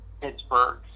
Pittsburgh